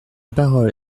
parole